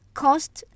cost